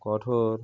কঠোর